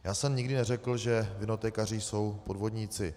Já jsem nikdy neřekl, že vinotékaři jsou podvodníci.